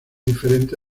diferente